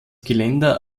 geländer